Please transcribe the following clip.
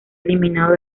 eliminado